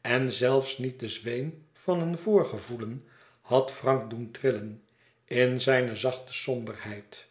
en zelfs niet de zweem van een voorgevoelen had frank doen trillen in zijne zachte